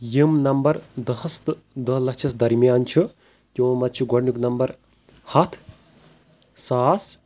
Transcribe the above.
یِم نمبر دہَس تہٕ دہ لَچھَس درمیان چھِ تِمو منٛز چھُ گۄڈنیُٚک نمبر ہَتھ ساس